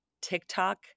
TikTok